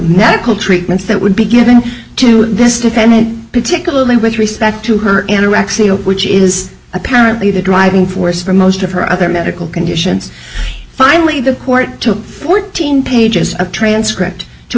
called treatments that would be given to this defendant particularly with respect to her which is apparently the driving force for most of her other medical conditions finally the court took fourteen pages of transcript to